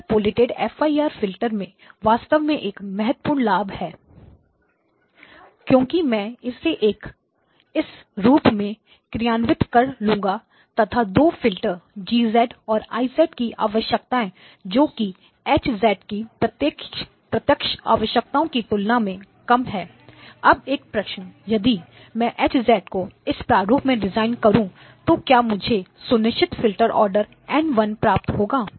interpolated F I R में वास्तव में एक महत्वपूर्ण लाभ है क्योंकि मैं इसे एक इस रूप में क्रियान्वित कर लूँगा तथा दो फिल्टर Gऔर I की आवश्यकताएं जो कि Hकी प्रत्यक्ष आवश्यकताओं की तुलना में कम है अब एक प्रश्न यदि मैं H को इस प्रारूप में डिज़ाइन करूँ तो क्या मुझे सुनिश्चित फिल्टर ऑर्डर N 1 प्राप्त होगा